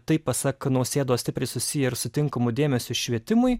tai pasak nausėdos stipriai susiję ir su tinkamu dėmesiu švietimui